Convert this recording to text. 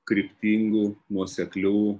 kryptingų nuoseklių